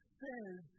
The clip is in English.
says